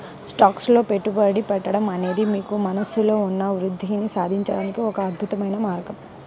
stocks లో పెట్టుబడి పెట్టడం అనేది మీకు మనస్సులో ఉన్న వృద్ధిని సాధించడానికి ఒక అద్భుతమైన మార్గం